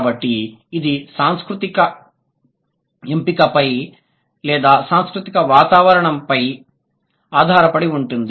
కాబట్టి ఇది సాంస్కృతిక ఎంపికపై లేదా సాంస్కృతిక వాతావరణంపై ఆధారపడి ఉంటుంది